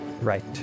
Right